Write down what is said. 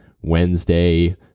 Wednesday